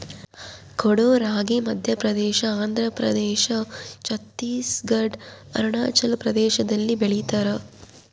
ಕೊಡೋ ರಾಗಿ ಮಧ್ಯಪ್ರದೇಶ ಆಂಧ್ರಪ್ರದೇಶ ಛತ್ತೀಸ್ ಘಡ್ ಅರುಣಾಚಲ ಪ್ರದೇಶದಲ್ಲಿ ಬೆಳಿತಾರ